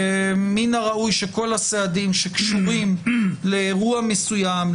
מן הראוי שכל הסעדים שקשורים לאירוע מסוים,